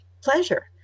pleasure